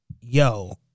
yo